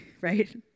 right